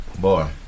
Boy